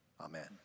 Amen